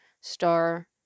star